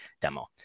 demo